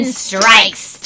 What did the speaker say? strikes